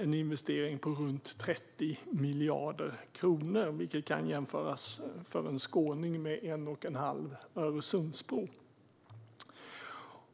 en investering på runt 30 miljarder kronor. Det kan för en skåning jämföras med en och en halv Öresundsbro.